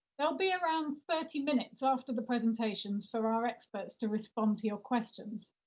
there'll be around thirty minutes after the presentations for our experts to respond to your questions.